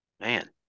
man